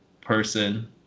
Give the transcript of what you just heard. person